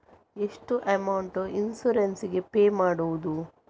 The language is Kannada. ಎಷ್ಟು ಅಮೌಂಟ್ ಇನ್ಸೂರೆನ್ಸ್ ಗೇ ಪೇ ಮಾಡುವುದು?